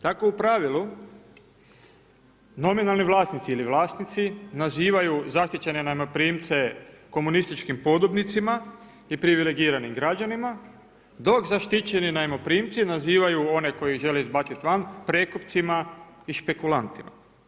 Tako u pravilu nominalni vlasnici ili vlasnici nazivaju zaštićene najmoprimce komunističkim podobnicima i privilegiranim građanima dok zaštićeni najmoprimci nazivaju one koje žele izbaciti van prekupcima i špekulantima.